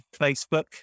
Facebook